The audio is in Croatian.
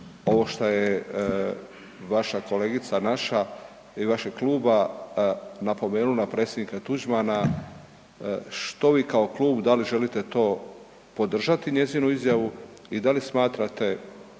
ovo što je vaša kolegica, naša i vašeg kluba napomenuo na predsjednika Tuđmana, što vi kao klub, da li želite to podržati njezinu izjavu i da li smatrate